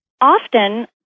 often